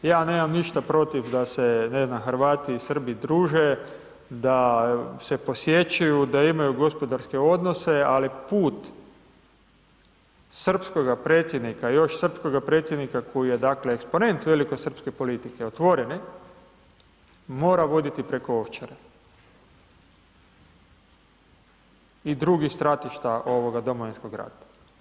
Ja nemam ništa protiv da se, ne znam, Hrvati i Srbi druže, da se posjećuju, da imaju gospodarske odnose, ali put srpskoga predsjednika, još srpskoga predsjednika koji je, dakle, eksponent velikosrpske politike otvorene, mora voditi preko Ovčare i drugih stratišta ovoga Domovinskoga rata.